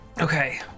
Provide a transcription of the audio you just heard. Okay